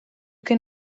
can